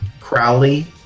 Crowley